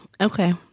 Okay